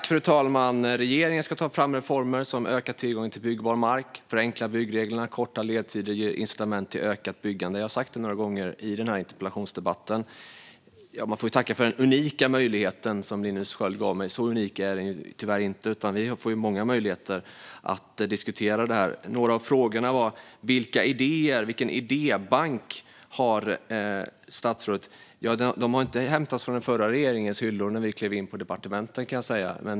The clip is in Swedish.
Fru talman! Regeringen ska ta fram reformer som ökar tillgången till byggbar mark, förenklar byggreglerna, kortar ledtider och ger incitament till ökat byggande. Jag har sagt det några gånger i den här interpellationsdebatten. Jag får tacka för den unika möjlighet som Linus Sköld gav mig. Men så unik är den i själva verket inte, utan vi får många möjligheter att diskutera det här. En av frågorna var: Vilka idéer och vilken idébank har statsrådet? Ja, idéerna hämtade vi inte från den förra regeringens hyllor när vi klev in på departementet, kan jag säga.